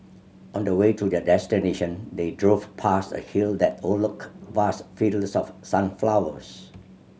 on the way to their destination they drove past a hill that overlooked vast fields of sunflowers